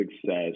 success